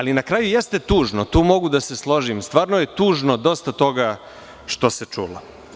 Na kraju, jeste tužno i tu mogu da se složim, stvarno je tužno dosta toga što se čulo.